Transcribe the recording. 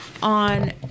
on